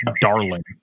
darling